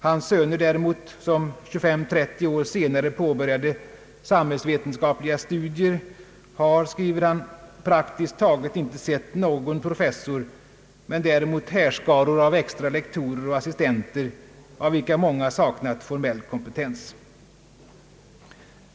Hans söner däremot, som 25—30 år senare påbörjade sam hällsvetenskapliga studier, har — skriver han — »praktiskt taget inte sett någon professor ——— men däremot härskaror av extra lektorer och assistenter, av vilka många saknat formell kompetens».